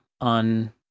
on